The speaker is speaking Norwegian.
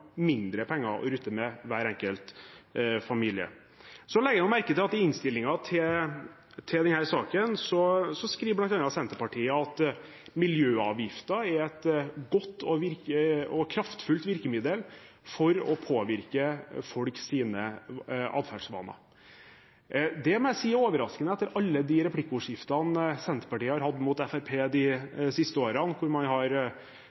mindre penger å rutte med. Så legger jeg merke til at i innstillingen til denne saken skriver bl.a. Senterpartiet at miljøavgiften er et godt og kraftfullt virkemiddel for å påvirke folks atferdsvaner. Det må jeg si er overraskende etter alle de replikkordskiftene Senterpartiet har hatt mot Fremskrittspartiet de siste årene, da man har